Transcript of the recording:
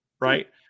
right